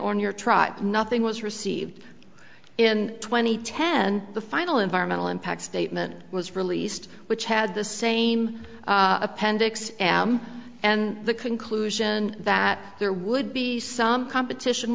trot nothing was received and twenty ten the final environmental impact statement was released which had the same appendix and the conclusion that there would be some competition